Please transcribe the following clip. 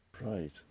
right